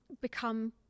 become